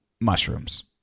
mushrooms